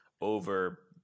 over